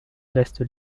reste